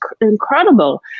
incredible